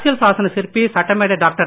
அரசியல் சாசன சிற்பி சட்டமேதை டாக்டர்